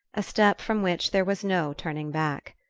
a step from which there was no turning back.